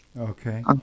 Okay